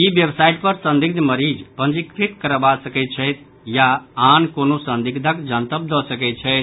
ई website पर संदिग्ध मरीज पंजीकृत करबा सकैत छथि या आन कोनो संदिग्धक जनतब दऽ सकैत छथि